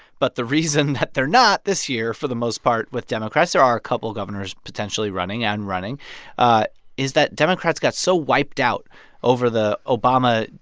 but the reason that they're not this year, for the most part, with democrats there are a couple governors potentially running and running is that democrats got so wiped out over the obama,